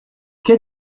quai